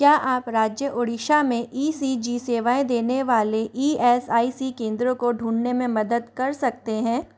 क्या आप राज्य ओडिशा में ई सी जी सेवाएँ देने वाले ई एस आई सी केंद्रों को ढूंढने में मदद कर सकते हैं